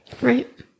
Right